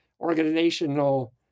organizational